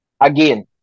again